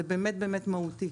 זה באמת מהותי.